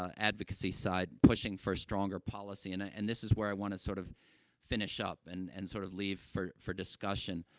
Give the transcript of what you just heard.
advocacy side, pushing for stronger policy, and and this is where i want to sort of finish up and and sort of leave for for discussion.